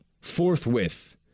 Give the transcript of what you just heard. Forthwith